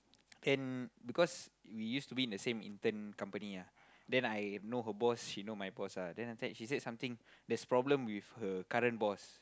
and because we used to be in the same intern company ah then I know her boss she know my boss ah then after that she said something there's problem with her current boss